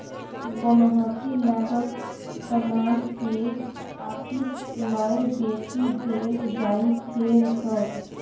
बन्हकी लागल समान केँ आपिस लए बेचि देल जाइ फेर सँ